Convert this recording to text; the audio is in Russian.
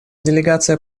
делегация